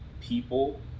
people